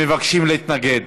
מבקשים להתנגד.